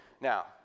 Now